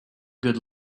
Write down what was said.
good